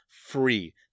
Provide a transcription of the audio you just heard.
free